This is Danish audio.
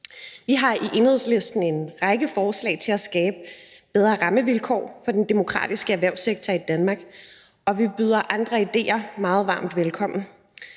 Vi har i Enhedslisten en række forslag til at skabe bedre rammevilkår for den demokratiske erhvervssektor i Danmark, og vi byder andre idéer meget varmt velkommen.